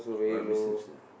my business eh